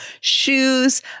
shoes